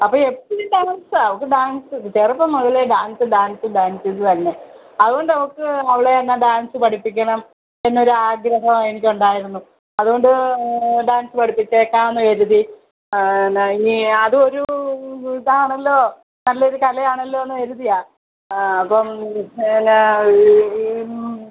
അപ്പോൾ എപ്പഴും ഡാൻസാ അവക്ക് ഡാൻസ് ചെറുപ്പം മുതലേ ഡാൻസ് ഡാൻസ് ഡാൻസ് ഇത് തന്നെ അതുകൊണ്ട് അവൾക്ക് അവളെ എന്നാ ഡാൻസ് പഠിപ്പിക്കണം എന്നൊരു ആഗ്രഹം എനിക്കുണ്ടായിരുന്നു അതുകൊണ്ട് ഡാൻസ് പഠിപ്പിച്ചേക്കാമെന്ന് കരുതി ആ എന്നാൽ ഇനി അതൊരു ഇതാണല്ലോ നല്ല ഒരു കലയാണല്ലോ എന്ന് കരുതിയാ ആ അപ്പം പിന്നെ ഞാൻ ഇത്